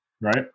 Right